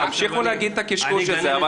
תמשיכו להגיד את הקשקוש הזה.